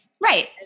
right